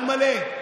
על מלא.